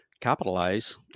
capitalize